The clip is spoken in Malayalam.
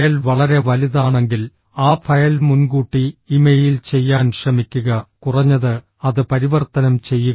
ഫയൽ വളരെ വലുതാണെങ്കിൽ ആ ഫയൽ മുൻകൂട്ടി ഇമെയിൽ ചെയ്യാൻ ശ്രമിക്കുക കുറഞ്ഞത് അത് പരിവർത്തനം ചെയ്യുക